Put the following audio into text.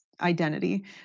identity